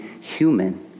human